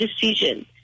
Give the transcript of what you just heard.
decision